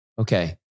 Okay